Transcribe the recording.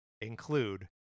include